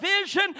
vision